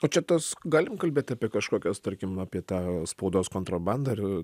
o čia tos galim kalbėt apie kažkokias tarkim apie tą spaudos kontrabandą ir